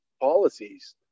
policies